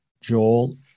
Joel